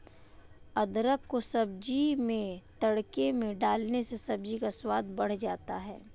अदरक को सब्जी में तड़के में डालने से सब्जी का स्वाद बढ़ जाता है